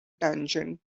tangent